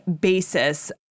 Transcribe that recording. basis